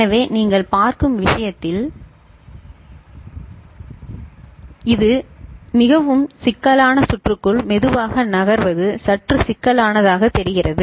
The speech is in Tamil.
எனவே நீங்கள் பார்க்கும் விஷயத்தில் இது மிகவும் சிக்கலான சுற்றுக்குள் மெதுவாக நகர்வது சற்று சிக்கலானதாகத் தெரிகிறது